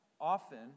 often